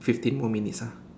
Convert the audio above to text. fifteen more minutes ah